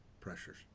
pressures